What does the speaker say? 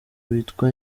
witwa